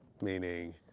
Meaning